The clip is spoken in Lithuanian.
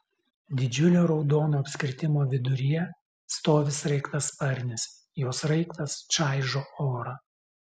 didžiulio raudono apskritimo viduryje stovi sraigtasparnis jo sraigtas čaižo orą